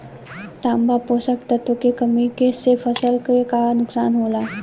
तांबा पोषक तत्व के कमी से फसल के का नुकसान होला?